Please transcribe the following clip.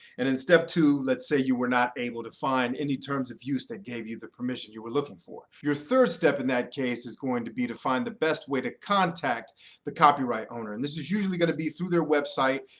and in step two, let's say you were not able to find any terms of use that give you the permission you were looking for. your third step in that case is going to be to find the best way to contact the copyright owner. and this is usually going to be through their website.